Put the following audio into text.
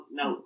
no